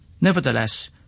Nevertheless